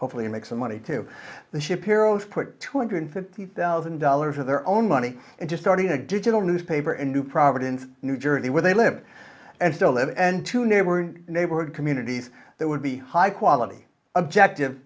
hopefully make some money to the ship erode put twenty and fifty thousand dollars of their own money and just starting a digital newspaper in new providence new jersey where they live and still live and two neighboring neighborhood communities that would be high quality objective